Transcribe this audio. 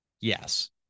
Yes